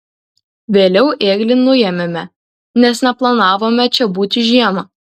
vėliau ėglį nuėmėme nes neplanavome čia būti žiemą